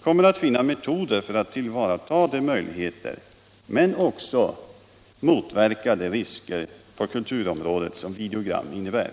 skall finna metoder för att tillvarata de möjligheter som här finns men också motverka de risker på kulturområdet som videogrammen innebär.